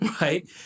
right